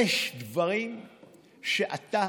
יש דברים שאתה